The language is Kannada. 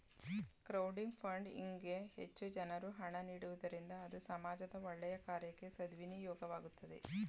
ಕ್ರೌಡಿಂಗ್ ಫಂಡ್ಇಂಗ್ ಗೆ ಹೆಚ್ಚು ಜನರು ಹಣ ನೀಡುವುದರಿಂದ ಅದು ಸಮಾಜದ ಒಳ್ಳೆಯ ಕಾರ್ಯಕ್ಕೆ ಸದ್ವಿನಿಯೋಗವಾಗ್ತದೆ